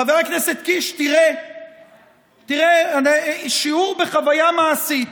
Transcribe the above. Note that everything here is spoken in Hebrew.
חבר הכנסת קיש, תראה, שיעור בחוויה מעשית,